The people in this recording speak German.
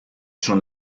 schon